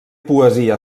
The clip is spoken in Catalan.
poesia